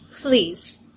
Please